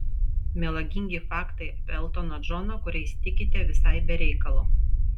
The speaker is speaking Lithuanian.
melagingi faktai apie eltoną džoną kuriais tikite visai be reikalo